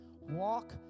Walk